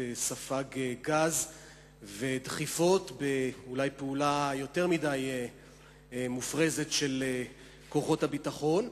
שספג קצת גז ודחיפות בפעולה אולי יותר מדי מופרזת של כוחות הביטחון.